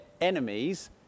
enemies